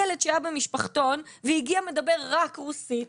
ילד שהיה במשפחתון והגיע מדבר רק רוסית,